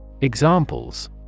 examples